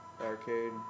Arcade